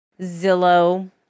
Zillow